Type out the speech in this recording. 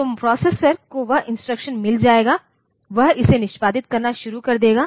तो प्रोसेसर को वह इंस्ट्रक्शन मिल जाएगा वह इसे निष्पादित करना शुरू कर देगा